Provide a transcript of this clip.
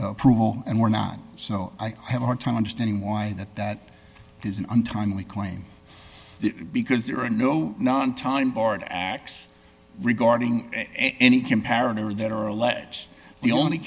approval and we're not so i have a hard time understanding why that that is an untimely claim because there are no known time board acts regarding any comparatively that are alleged the only